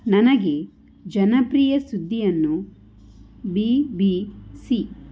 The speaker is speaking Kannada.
ನನಗೆ ಜನಪ್ರಿಯ ಸುದ್ದಿಯನ್ನು ಬಿ ಬಿ ಸಿ